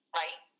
right